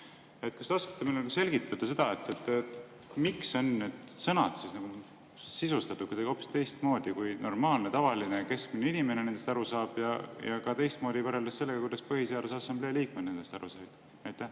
Kas te oskate meile selgitada seda, miks on need sõnad sisustatud kuidagi hoopis teistmoodi, kui normaalne tavaline keskmine inimene nendest aru saab, ja ka teistmoodi võrreldes sellega, kuidas Põhiseaduse Assamblee liikmed nendest aru said?